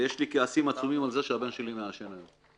ויש לי כעסים עצומים על זה שהבן שלי מעשן היום.